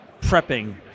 prepping